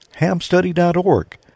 hamstudy.org